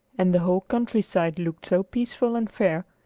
and the whole countryside looked so peaceful and fair,